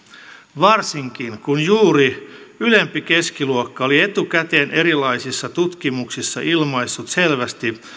varsinkin kun juuri ylempi keskiluokka oli etukäteen erilaisissa tutkimuksissa ilmaissut selvästi